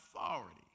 authority